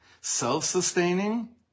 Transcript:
self-sustaining